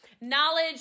Knowledge